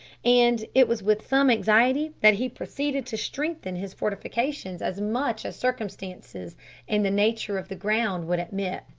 and it was with some anxiety that he proceeded to strengthen his fortifications as much as circumstances and the nature of the ground would admit.